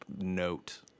note